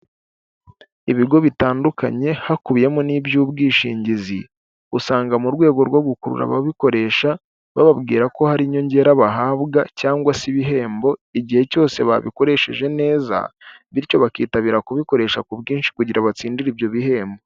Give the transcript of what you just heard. Ibigo bitandukanye hakubiyemo n'iby'ubwishingizi usanga mu rwego rwo gukurura ababikoresha bababwira ko hari inyongera bahabwa cyangwa se ibihembo igihe cyose babikoresheje neza, bityo bakitabira kubikoresha ku bwinshi kugira batsindire ibyo bihembo.